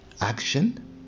action